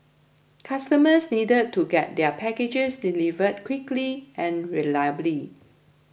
customers needed to get their packages delivered quickly and reliably